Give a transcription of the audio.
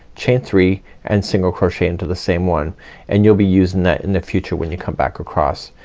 chain three and single crochet into the same one and you'll be using that in the future when you come back across.